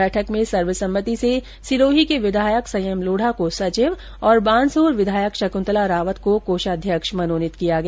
बैठक में सर्वसम्मति से सिरोही के विधायक संयम लोढा को सचिव और बानसूर विधायक शकृत्तला रावत को कोषाध्यक्ष मनोनीत किया गया